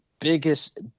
biggest